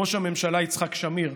ראש הממשלה יצחק שמיר,